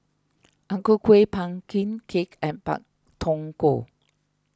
Ang Ku Kueh Pumpkin Cake and Pak Thong Ko